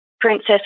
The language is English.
Princess